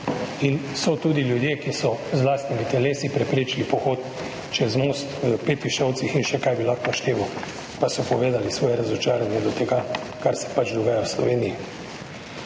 In so tudi ljudje, ki so z lastnimi telesi preprečili pohod čez most v Petišovcih, in še kaj bi lahko našteval, pa so povedali svoje razočaranje do tega, kar se dogaja v Sloveniji.